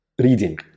reading